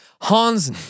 Hans